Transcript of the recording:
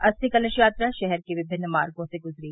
अस्थि कलश यात्रा शहर के विभिन्न मार्गो से गुजरी